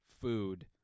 food